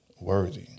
worthy